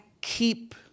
keep